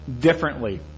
differently